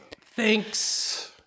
Thanks